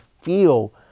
feel